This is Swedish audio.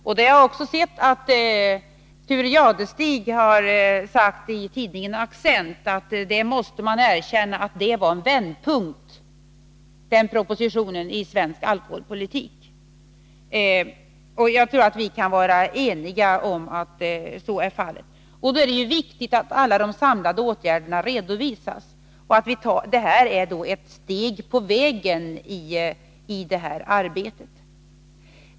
Jag har också sett att Thure Jadestig har sagt i tidningen Accent att man måste erkänna att den propositionen var en vändpunkt i svensk alkoholpolitik. Jag tror alltså att vi kan vara eniga om att så är fallet. Därför är det viktigt att alla de samlade åtgärderna redovisas. Och den här propositionen är ett steg på vägen i det arbetet.